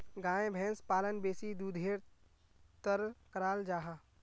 गाय भैंस पालन बेसी दुधेर तंर कराल जाहा